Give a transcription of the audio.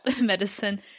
medicine